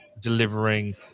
delivering